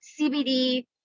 CBD